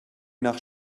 nach